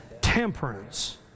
temperance